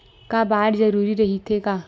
का बार जरूरी रहि थे?